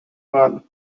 ball